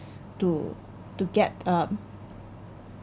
to to get (um